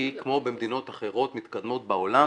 כי כמו במדינות אחרות מתקדמות בעולם,